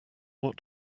what